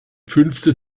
fünfte